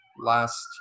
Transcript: last